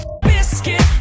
Biscuit